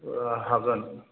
हागोन